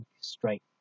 straight